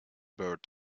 bird